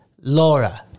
Laura